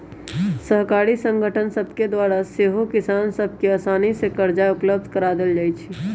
सहकारी संगठन सभके द्वारा सेहो किसान सभ के असानी से करजा उपलब्ध करा देल जाइ छइ